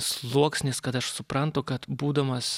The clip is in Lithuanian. sluoksnis kad aš suprantu kad būdamas